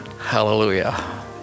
hallelujah